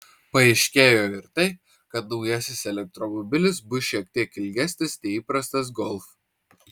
paaiškėjo ir tai kad naujasis elektromobilis bus šiek tiek ilgesnis nei įprastas golf